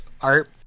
art